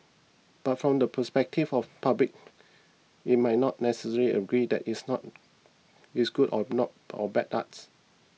but from the perspective of public it might not necessarily agree that it's not it's good or not or bad art